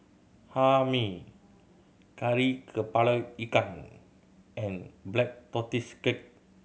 Hae Mee Kari Kepala Ikan and Black Tortoise Cake